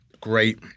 great